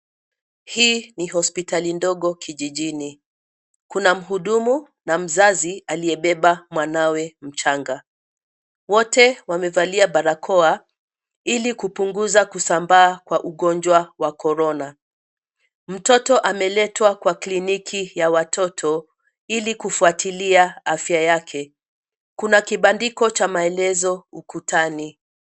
Hii ni hospitali ndogo kijijini. Kuna mhudumu na mzazi aliyebeba mwanawe mchanga. Wote wamevalia barakoa ili kupunguza kusambaa kwa ugonjwa wa corona. Mtoto ameletwa kwa kliniki ya watoto ili kufuatilia afya yake. Kuna kibandiko cha maelezo ukutani.